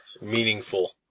meaningful